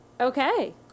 Okay